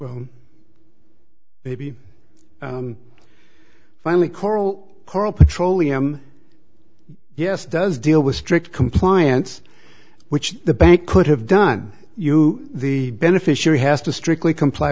will maybe finally coral coral petroleum yes it does deal with strict compliance which the bank could have done you the beneficiary has to strictly comply